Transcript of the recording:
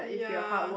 ya